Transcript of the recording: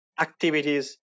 activities